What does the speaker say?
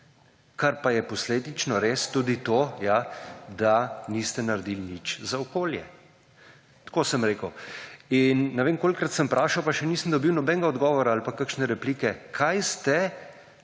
kar pa je posledično res tudi to, ja, da niste naredili nič za okolje in ne vem kolikokrat sem vprašal, pa še nisem dobil nobenega odgovora ali pa kakšne replike, kaj ste,